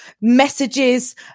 messages